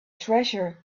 treasure